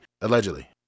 Allegedly